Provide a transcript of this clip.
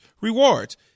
rewards